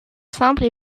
simple